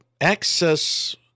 access